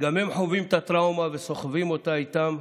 גם הם חווים את הטראומה וסוחבים אותה איתם,